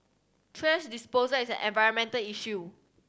thrash disposal is an environmental issue